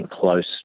close